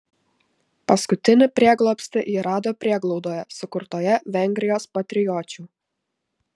paskutinį prieglobstį ji rado prieglaudoje sukurtoje vengrijos patriočių